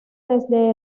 desde